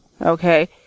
Okay